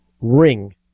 ring